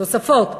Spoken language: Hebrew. תוספות משמעותיות.